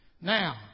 Now